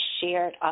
shared